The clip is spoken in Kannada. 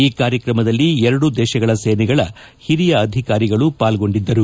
ಈ ಕಾರ್ಯಕ್ರಮದಲ್ಲಿ ಎರಡೂ ದೇಶಗಳ ಸೇನೆಗಳ ಹಿರಿಯ ಅಧಿಕಾರಿಗಳು ಪಾಲ್ಗೊಂಡಿದ್ದರು